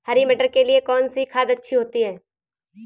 हरी मटर के लिए कौन सी खाद अच्छी होती है?